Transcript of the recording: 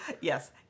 yes